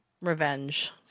revenge